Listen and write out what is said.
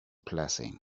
blessing